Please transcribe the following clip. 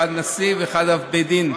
אחד נשיא ואחד אב בית דין: